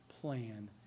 plan